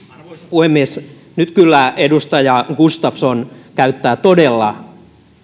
puhemies nyt kyllä edustaja gustafsson käyttää todella